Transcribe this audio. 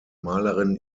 malerin